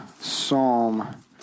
Psalm